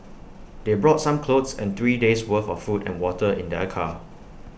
they brought some clothes and three days' worth of food and water in their car